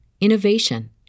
innovation